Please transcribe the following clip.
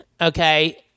Okay